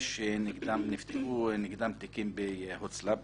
שנפתחו נגדם תיקים בהוצל"פ